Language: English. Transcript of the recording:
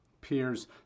peers